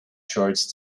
shorts